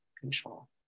control